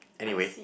anyway